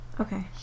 Okay